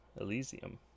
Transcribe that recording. Elysium